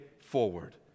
forward